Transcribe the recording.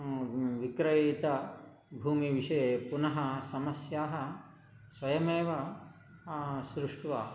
विक्रयिता भूमि विषये पुनः समस्याः स्वयमेव सृष्ट्वा